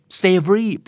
savory